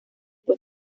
fue